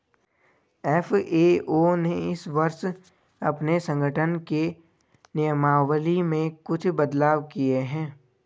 FAO ने इस वर्ष अपने संगठन के नियमावली में कुछ बदलाव किए हैं